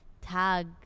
tag